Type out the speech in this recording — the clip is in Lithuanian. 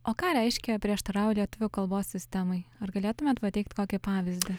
o ką reiškia prieštarauja lietuvių kalbos sistemai ar galėtumėt pateikt kokį pavyzdį